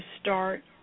start